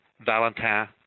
Valentin